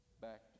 back